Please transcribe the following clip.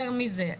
יותר מזה: